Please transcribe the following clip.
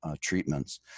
treatments